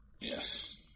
yes